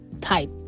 type